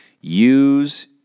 use